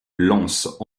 lances